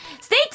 stay